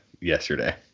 yesterday